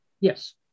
Yes